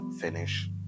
finish